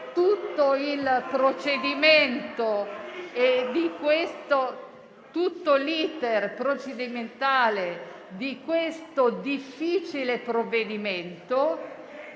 tutto l'*iter* procedimentale di questo difficile provvedimento,